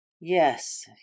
Yes